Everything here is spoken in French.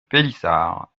pélissard